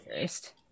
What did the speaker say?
first